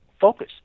focus